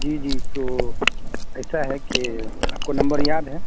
جی جی تو ایسا ہے کہ آپ کو نمبر یاد ہے